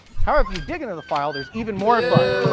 however, if you dig into the file, there's even more fun.